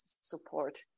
support